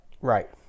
Right